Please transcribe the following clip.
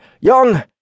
young-